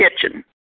Kitchen